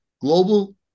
global